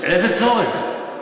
לאיזה צורך?